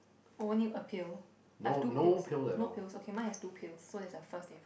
only a pill I have two pills no pills okay mine has two pills so there's the first they